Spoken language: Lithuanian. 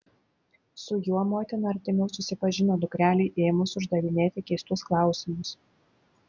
su juo motina artimiau susipažino dukrelei ėmus uždavinėti keistus klausimus